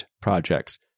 projects